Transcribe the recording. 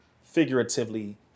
figuratively